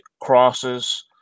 crosses